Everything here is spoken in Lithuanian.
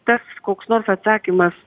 tas koks nors atsakymas